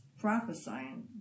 prophesying